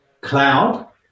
cloud